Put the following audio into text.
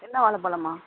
என்ன வாழப்பலம்மா